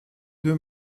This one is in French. deux